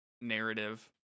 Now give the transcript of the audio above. narrative